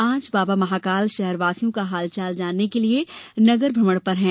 आज बाबा महाकाल शहर वासियों का हाल चाल जानने के लिए नगर भ्रमण पर है